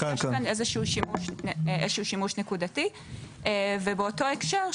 זאת אומרת יש כאן איזה שימוש נקודתי ובאותו הקשר,